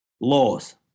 laws